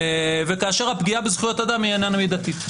וכאשר הפגיעה בזכויות אדם היא איננה מידתית.